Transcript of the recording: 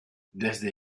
desde